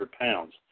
pounds